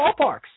ballparks